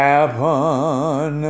Happen